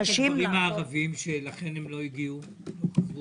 אין הגברים הערבים לכן הם לא הגיעו, לא חזרו.